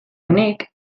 honek